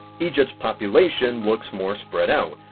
egypt's population looks more spread out.